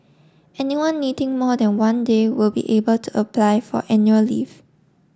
anyone needing more than one day will be able to apply for annual leave